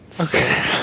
Okay